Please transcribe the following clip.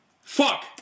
Fuck